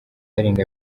arenga